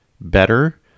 better